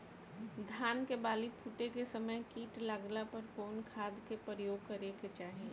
धान के बाली फूटे के समय कीट लागला पर कउन खाद क प्रयोग करे के चाही?